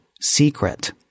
Secret